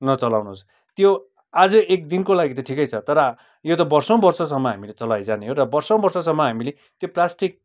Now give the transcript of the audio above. नचलाउनुहोस् त्यो आज एक दिनको लागि त ठिकै छ तर यो त वर्षौँ वर्षसम्म हामीले चलाएर जाने हो र वर्षौँ वर्षसम्म हामीले त्यो प्लास्टिक